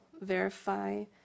verify